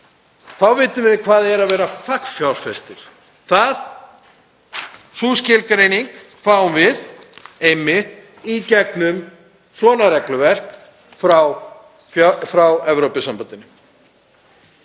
Þá vitum við hvað er að vera fagfjárfestir. Þá skilgreiningu fáum við einmitt í gegnum svona regluverk frá Evrópusambandinu.